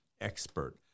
expert